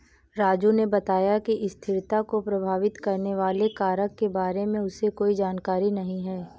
राजू ने बताया कि स्थिरता को प्रभावित करने वाले कारक के बारे में उसे कोई जानकारी नहीं है